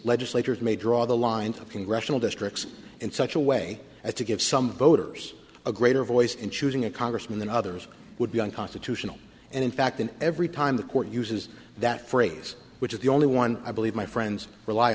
legislatures may draw the lines of congressional districts in such a way as to give some voters a greater voice in choosing a congressman than others would be unconstitutional and in fact in every time the court uses that phrase which is the only one i believe my friends rely